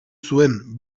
zuen